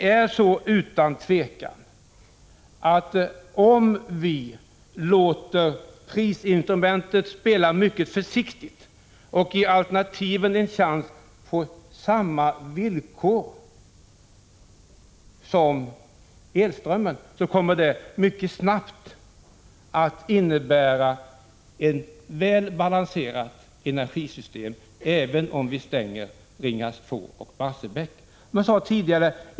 Det är utan tvivel så att om vi låter prisinstrumentet spela mycket försiktigt och ger alternativen en chans på samma villkor som elströmmen kommer vi snabbt att få ett väl balanserat energisystem, även om vi stänger Ringhals 2 och Barsebäck.